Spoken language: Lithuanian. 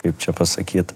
kaip čia pasakyt